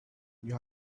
you